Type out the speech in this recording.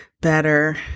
better